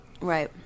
Right